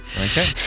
Okay